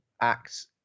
acts